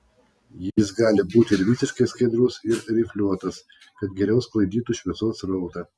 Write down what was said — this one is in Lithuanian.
jis gali būti ir visiškai skaidrus ir rifliuotas kad geriau sklaidytų šviesos srautą